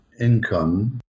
income